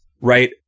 Right